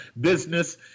business